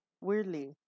weirdly